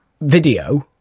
video